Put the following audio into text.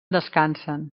descansen